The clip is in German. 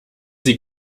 sie